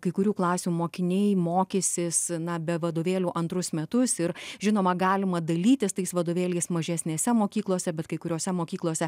kai kurių klasių mokiniai mokysis na be vadovėlių antrus metus ir žinoma galima dalytis tais vadovėliais mažesnėse mokyklose bet kai kuriose mokyklose